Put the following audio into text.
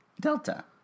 Delta